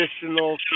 traditional